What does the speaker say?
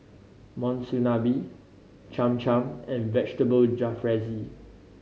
Monsunabe Cham Cham and Vegetable Jalfrezi